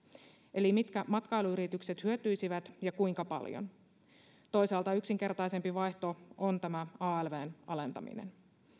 eli mitkä matkailuyritykset hyötyisivät ja kuinka paljon toisaalta yksinkertaisempi vaihtoehto on tämä alvn alentaminen